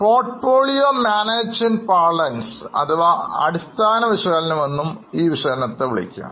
portfolio management parlance അഥവാ അടിസ്ഥാന വിശകലനം എന്നും ഈ വിശകലനത്തെ പറയാം